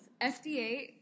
FDA